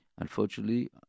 Unfortunately